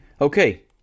Okay